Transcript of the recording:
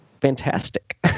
fantastic